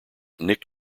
nick